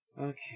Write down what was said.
Okay